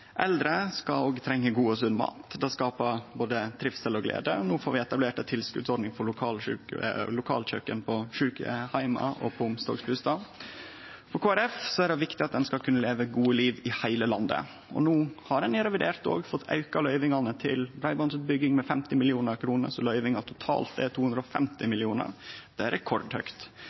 Eldre treng òg god og sunn mat. Det skapar både trivsel og glede. No får vi etablert ei tilskotsordning for lokalkjøkken på sjukeheimar og på omsorgsbustad. For Kristeleg Folkeparti er det viktig at ein skal kunne leve gode liv i heile landet, og no har ein i revidert òg fått auka løyvingane til breibandsutbygging med 50 mill. kr, så løyvinga totalt er 250 mill. kr. Det er rekordhøgt.